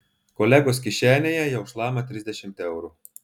kolegos kišenėje jau šlama trisdešimt eurų